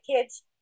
kids